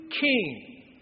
king